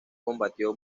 combatió